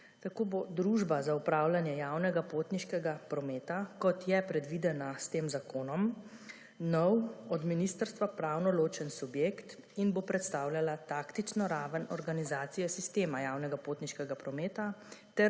Tako bo družba za upravljanje javnega potniškega prometa, kot je predvidena s tem zakonom, nov od ministrstva pravno ločen subjekt in bo predstavljala taktično raven organizacije sistema javnega potniškega prometa